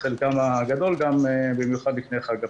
חלקם הגדול גם במיוחד לפני חג הפסח.